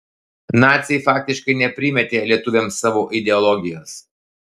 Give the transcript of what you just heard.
naciai faktiškai neprimetė lietuviams savo ideologijos